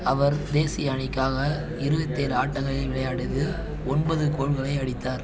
அவர் தேசிய அணிக்காக இருபத்தி ஏழு ஆட்டங்களில் விளையாடியது ஒன்பது கோல்களை அடித்தார்